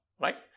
right